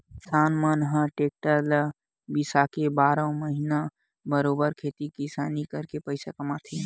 किसान मन ह टेक्टर ल बिसाके बारहो महिना बरोबर खेती किसानी करके पइसा कमाथे